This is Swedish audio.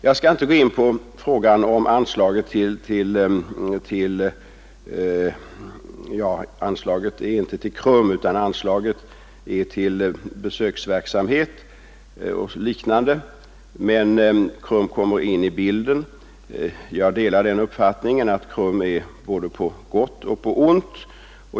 Jag skall inte gå in på frågan om medel till KRUMS:s verksamhet — anslaget avser besöksverksamhet och liknande. Jag delar uppfattningen att KRUM är på både gott och ont.